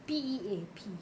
P_A_P